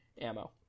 ammo